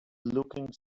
looking